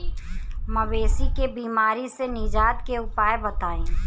मवेशी के बिमारी से निजात के उपाय बताई?